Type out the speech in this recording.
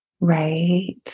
right